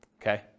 Okay